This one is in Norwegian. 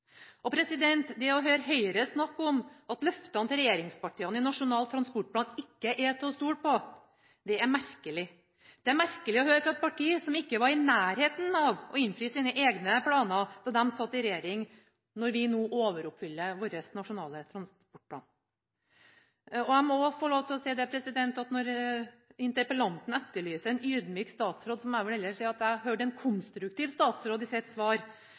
Det å høre Høyre snakke om at løftene til regjeringspartiene i Nasjonal transportplan ikke er til å stole på, er merkelig. Det er merkelig å høre fra et parti som ikke var i nærheten av å innfri sine egne planer da de satt i regjering, når vi nå overoppfyller vår nasjonale transportplan. Jeg må få lov til å si at når interpellanten etterlyser en ydmyk statsråd, må jeg heller si at jeg hørte en konstruktiv statsråd i sitt svar